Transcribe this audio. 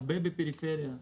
רבים בפריפריה.